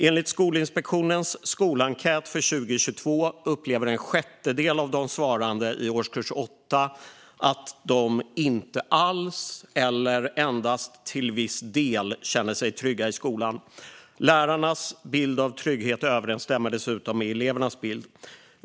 Enligt Skolinspektionens skolenkät för 2022 upplever en sjättedel av de svarande i årskurs 8 att de inte alls eller endast till viss del känner sig trygga i skolan. Lärarnas bild av trygghet överensstämmer dessutom med elevernas bild.